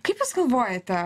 kaip jūs galvojate